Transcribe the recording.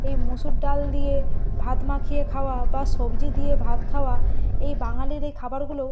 এই মুসুর ডাল দিয়ে ভাত মাখিয়ে খাওয়া বা সবজি দিয়ে ভাত খাওয়া এই বাঙালির এই খাবারগুলোও